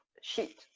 sheet